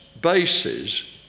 bases